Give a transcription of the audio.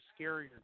scarier